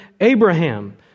Abraham